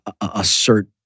assert